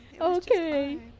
Okay